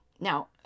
Now